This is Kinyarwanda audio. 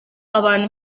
abantu